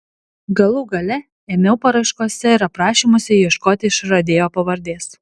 galų gale ėmiau paraiškose ir aprašymuose ieškoti išradėjo pavardės